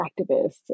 activists